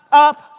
up.